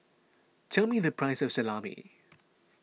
tell me the price of Salami